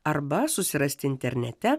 arba susirasti internete